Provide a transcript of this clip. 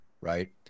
right